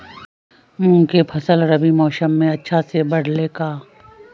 मूंग के फसल रबी मौसम में अच्छा से बढ़ ले का?